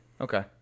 Okay